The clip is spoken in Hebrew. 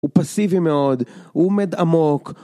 הוא פסיבי מאוד, הוא עומד עמוק